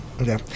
Okay